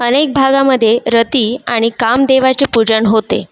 अनेक भागामध्ये रती आणि कामदेवाचे पूजन होते